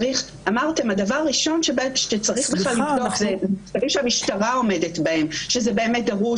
שהדבר הראשון שצריך לבדוק זה מבחנים שהמשטרה עומדת בהם שזה באמת דרוש,